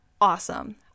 awesome